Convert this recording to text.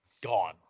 gone